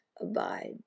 abide